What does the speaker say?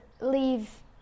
leave